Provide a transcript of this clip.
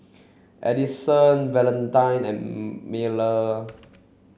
Adison Valentine and Miller